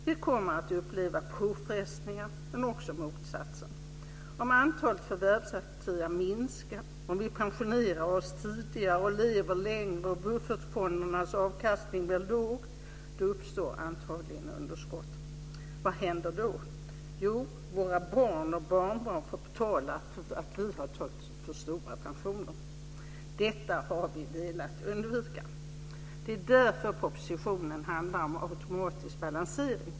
Vi kommer att uppleva påfrestningar, men också motsatsen. Om antalet förvärvsaktiva minskar, om vi pensionerar oss tidigare och lever längre och om buffertfondernas avkastning blir låg uppstår antagligen underskott. Vad händer då? Jo, våra barn och barnbarn får betala för att vi tagit ut för stora pensioner. Detta har vi velat undvika. Det är därför propositionen handlar om automatisk balansering.